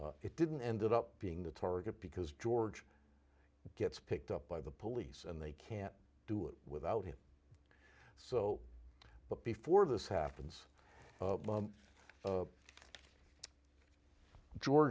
it didn't ended up being the target because george gets picked up by the police and they can't do it without him so but before this happens